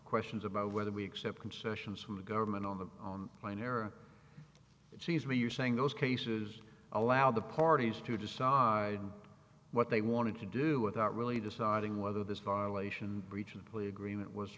questions about whether we accept concessions from the government on the plane or it seems to me you're saying those cases allow the parties to discharge what they wanted to do without really deciding whether this violation breaching plea agreement was